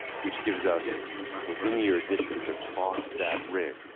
which gives us the linear distance across that ring,